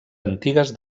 antigues